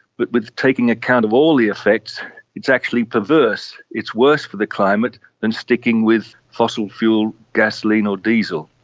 but with taking account of all the effects it's actually perverse, it's worse for the climate than sticking with fossil fuel gasoline or diesel.